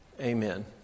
amen